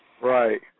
Right